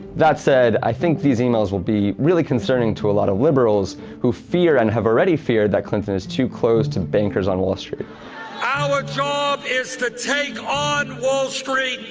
that said, i think these emails will be really concerning to a lot of liberals who fear and have already feared that clinton is too close to bankers on wall street. sanders our job is to take on wall street,